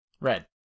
Red